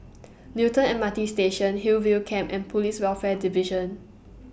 Newton M R T Station Hillview Camp and Police Welfare Division